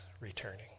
returning